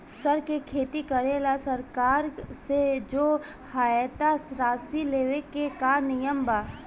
सर के खेती करेला सरकार से जो सहायता राशि लेवे के का नियम बा?